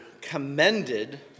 commended